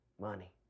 money